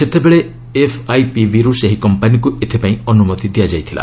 ସେତେବେଳେ ଏଫ୍ଆଇପିବିରୁ ସେହି କମ୍ପାନୀକୁ ଏଥିପାଇଁ ଅନୁମତି ଦିଆଯାଇଥିଲା